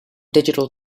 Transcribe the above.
digital